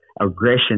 aggression